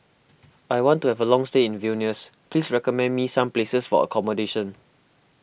I want to have a long stay in Vilnius please recommend me some places for accommodation